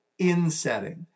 insetting